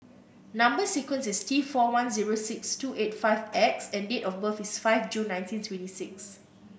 number sequence is T four one zero six two eight five X and date of birth is five June nineteen twenty six